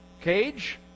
cage